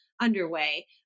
underway